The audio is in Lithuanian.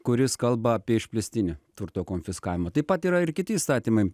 kuris kalba apie išplėstinį turto konfiskavimą taip pat yra ir kiti įstatymai